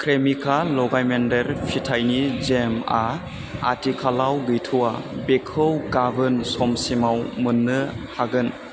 क्रेमिका लगायमोन्देर फिथाइनि जेमआ आथिखालाव गैथ'आ बेखौ गाबोन समसिमाव मोन्नो हागोन